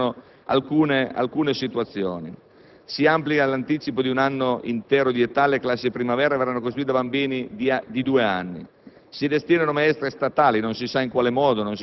In realtà, con questa iniziativa, si determinano le seguenti situazioni: si amplia l'anticipo di un anno intero di età; le classi primavera verranno costituite con bambini di due anni;